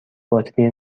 باتری